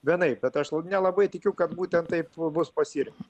vienaip bet aš nelabai tikiu kad būtent taip bus pasirink